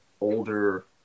older